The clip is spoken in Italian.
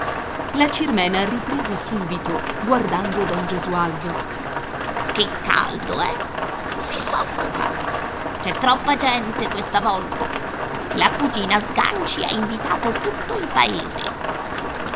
la cirmena riprese subito guardando don gesualdo che caldo eh si soffoca c'è troppa gente questa volta la cugina sganci ha invitato tutto il paese